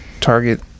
Target